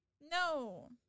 No